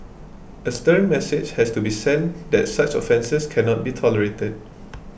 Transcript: a stern message has to be sent that such offences can not be tolerated